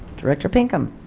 director pinkham